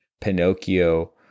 Pinocchio